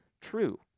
true